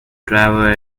driver